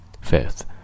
Fifth